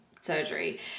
surgery